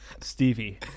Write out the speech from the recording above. Stevie